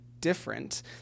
different